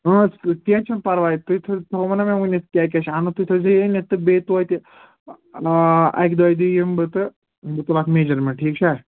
آ ژٕ کیٚنٛہہ چھُنہٕ پَرواے تُہۍ تھَو تھوٚومو نا مےٚ ؤنِتھ کیٛاہ کیٛاہ چھُ انُن تُہۍ تھٲوزیٚو یہِ أنِتھ تہٕ بیٚیہِ توتہِ آ اَکہِ دۅیہِ دۄہۍ یِمہٕ بہٕ تہٕ بہٕ تُلہٕ اَتھ میجرمٮ۪نٛٹ ٹھیٖک چھا